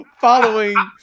following